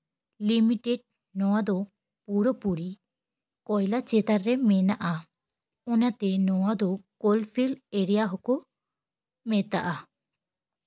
limited ᱱᱚᱣᱟ ᱫᱚ ᱯᱩᱨᱟᱹᱯᱩᱨᱤ ᱠᱚᱭᱞᱟ ᱪᱮᱛᱟᱱ ᱨᱮ ᱢᱮᱱᱟᱜᱼᱟ ᱚᱱᱟᱛᱮ ᱱᱚᱣᱟ ᱫᱚ ᱠᱳᱞ ᱯᱷᱤᱞᱰ ᱮᱨᱤᱭᱟ ᱦᱚᱸᱠᱚ ᱢᱮᱛᱟᱜᱼᱟ